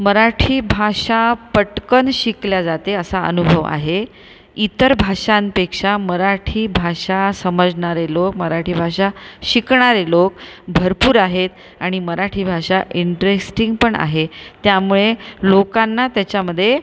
मराठी भाषा पट्कन शिकली जाते असा अनुभव आहे इतर भाषांपेक्षा मराठी ही भाषा समजणारे लोक मराठी भाषा शिकणारे लोक भरपूर आहेत आणि मराठी भाषा इंटेरस्टीग पण आहे त्यामुळे लोकांना त्याच्यामध्ये